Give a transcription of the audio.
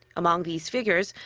among these figures,